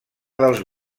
dels